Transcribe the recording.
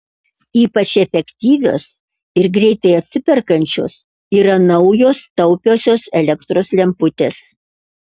ypač efektyvios ir greitai atsiperkančios yra naujos taupiosios elektros lemputės